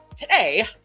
Today